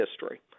history